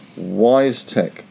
WiseTech